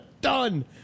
Done